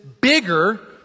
bigger